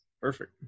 Perfect